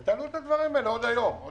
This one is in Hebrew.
ותעלו את הדברים האלה עוד היום.